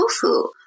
tofu